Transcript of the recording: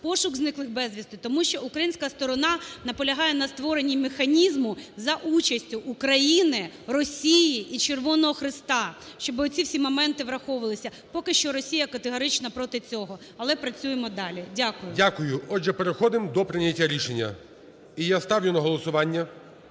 пошук зниклих безвісти. Тому що українська сторона наполягає на створенні механізму за участю України, Росії і Червоного Хреста, щоб оці всі моменти враховувалися. Поки що Росія категорично проти цього. Але працюємо далі. Дякую. ГОЛОВУЮЧИЙ. Дякую. Отже, переходимо до прийняття рішення. І я ставлю на голосування